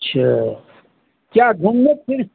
अच्छा क्या घूमने फिर